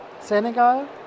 Senegal